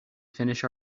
finish